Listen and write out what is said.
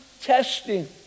testing